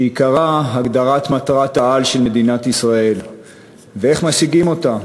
שעיקרה הגדרת מטרת-העל של מדינת ישראל ואיך משיגים אותה.